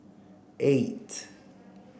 eight